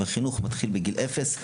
חינוך מתחיל מגיל אפס.